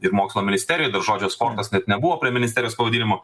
ir mokslo ministerija dar žodžio sportas net nebuvo prie ministerijos pavadinimo